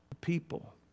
people